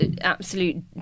absolute